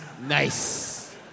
Nice